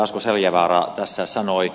asko seljavaara tässä sanoi